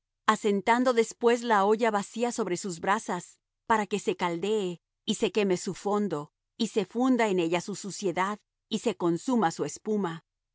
asentando después la olla vacía sobre sus brasas para que se caldee y se queme su fondo y se funda en ella su suciedad y se consuma su espuma